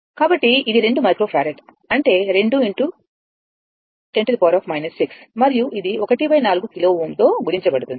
కాబట్టి ఇది 2 microfarad అంటే 2 x10 6 మరియు ఇది 1 4 కిలో Ω తో గుణించబడుతుంది